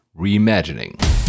Reimagining